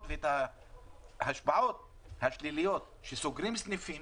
ואת ההשפעות השליליות כאשר סוגרים סניפים,